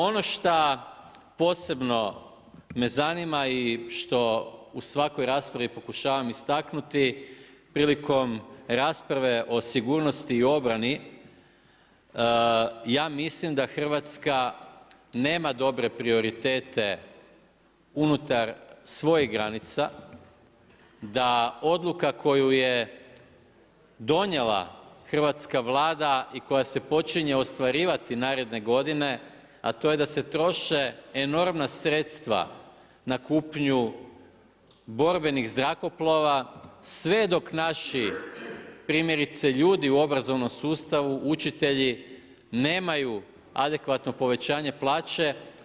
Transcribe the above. Ono šta posebno me zanima i što u svakoj raspravi pokušavam istaknuti prilikom rasprave o sigurnosti i obrani ja mislim da Hrvatska nema dobre prioritete unutar svojih granica, da odluka koju je donijela hrvatska Vlada i koja se počinje ostvarivati naredne godine, a to je da se troše enormna sredstva na kupnju borbenih zrakoplova sve dok naši primjerice ljudi u obrazovnom sustavu, učitelji nemaju adekvatno povećanje plaće.